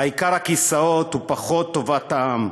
העיקר הכיסאות ופחות טובת העם.